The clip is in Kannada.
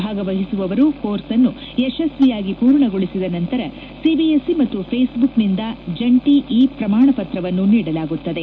ಭಾಗವಹಿಸುವವರು ಕೋರ್ಸ್ ಅನ್ನು ಯಶಸ್ವಿಯಾಗಿ ಪೂರ್ಣಗೊಳಿಸಿದ ನಂತರ ಸಿಬಿಎಸ್ಇ ಮತ್ತು ಫೇಸ್ ಬುಕ್ ನಿಂದ ಜಂಟಿ ಇ ಪ್ರಮಾಣಪತ್ರವನ್ನು ನೀಡಲಾಗುತ್ತದೆ